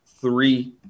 three